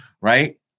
right